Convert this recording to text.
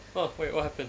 orh wait what happened